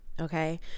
Okay